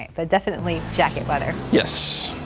ah but definitely jacket weather. yes.